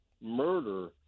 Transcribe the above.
murder